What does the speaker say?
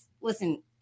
listen